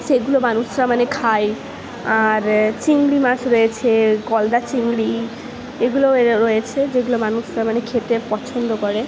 সেগুলো মানুষরা মানে খায় আর চিংড়ি মাছ রয়েছে গলদা চিংড়ি এগুলো রয়েছে যেগুলো মানুষরা মানে খেতে পছন্দ করে